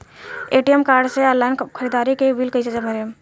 ATM card से online ख़रीदारी के बिल कईसे भरेम?